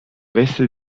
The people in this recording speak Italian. veste